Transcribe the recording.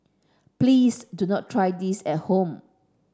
please do not try this at home